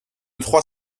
trois